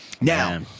Now